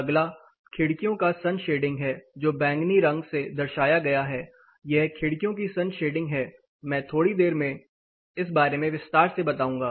अगला खिड़कियों की सन शेडिंग है जो बैंगनी रंग से दर्शाया गया है यह खिड़कियों की सन शेडिंग है मैंथोड़ी देर में इस बारे में विस्तार से बताऊंगा